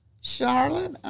Charlotte